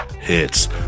hits